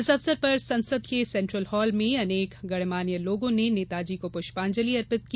इस अवसर पर संसद के सेंट्रल हॉल में अनेक गण्यमान्य लोगों ने नेताजी को पुष्पांजलि अर्पित की